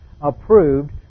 approved